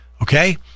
okay